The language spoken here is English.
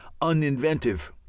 uninventive